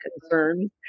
concerns